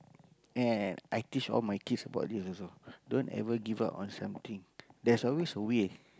and I teach all my kids about this also don't ever give up on something there's always a way